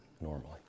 normally